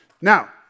Now